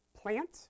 plant